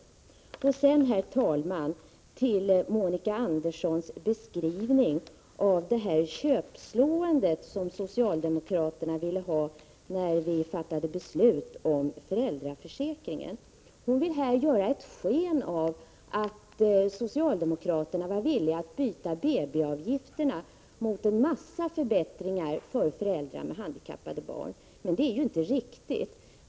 Så kommer jag, herr talman, till Monica Anderssons beskrivning av det köpslående som socialdemokraterna ville ha när vi fattade beslut om föräldraförsäkringen. Monica Andersson vill här ge sken av att socialdemokraterna var villiga att byta BB-avgiften mot en mängd förbättringar för föräldrar med handikappade barn. Det är inte riktigt.